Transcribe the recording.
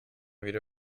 wieder